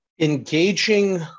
Engaging